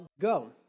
Go